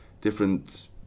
different